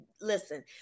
listen